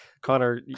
Connor